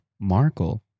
Markle